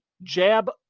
Jab